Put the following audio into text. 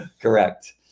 Correct